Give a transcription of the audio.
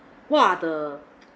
what are the